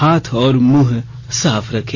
हाथ और मुंह साफ रखें